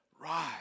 rise